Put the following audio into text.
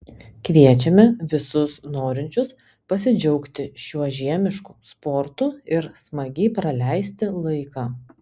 kviečiame visus norinčius pasidžiaugti šiuo žiemišku sportu ir smagiai praleisti laiką